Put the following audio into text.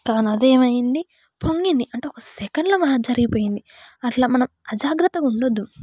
కానీ అదే ఏమైంది పొంగింది అంటే ఒక సెకండ్లో మరి అది జరిగిపోయింది అట్లా మనం అజాగ్రత్తగా ఉండద్దు